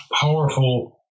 powerful